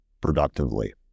productively